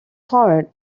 heart